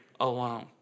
alone